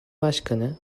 başkanı